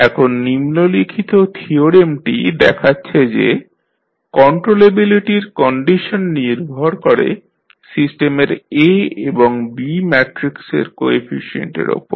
এখন নিম্নলিখিত থিওরেমটি দেখাচ্ছে যে কন্ট্রোলেবিলিটির কন্ডিশন নির্ভর করে সিস্টেমের A এবং B ম্যাট্রিক্সের কোএফিশিয়েন্টের ওপর